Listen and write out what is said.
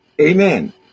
Amen